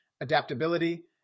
adaptability